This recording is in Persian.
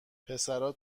پسرا